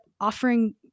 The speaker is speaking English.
offering –